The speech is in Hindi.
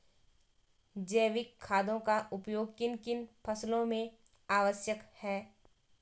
जैविक खादों का उपयोग किन किन फसलों में आवश्यक है?